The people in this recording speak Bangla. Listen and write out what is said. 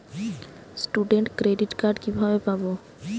স্টুডেন্ট ক্রেডিট কার্ড কিভাবে পাব?